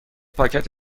پاکت